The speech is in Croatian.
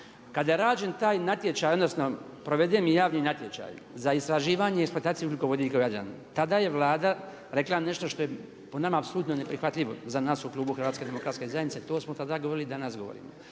Kada je rađen taj natječaj, odnosno provedeni javni natječaj za istraživanje i eksploataciju ugljikovodika u Jadranu tada je Vlada rekla nešto što je po nama apsolutno neprihvatljivo za nas u klubu Hrvatske demokratske zajednice. To smo tada govorili i danas govorimo.